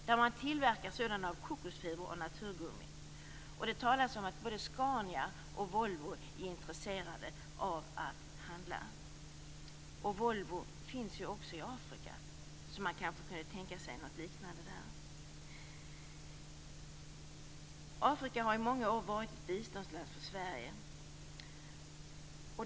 I Amazonas tillverkar man sådana av kokosfibrer och naturgummi. Det talas om att både Scania och Volvo är intresserade av denna sorts handel. Volvo finns ju också i Afrika, så man kanske kunde tänka sig något liknande där. Afrika har i många år varit ett biståndsområde för Sverige.